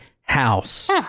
house